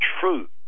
truth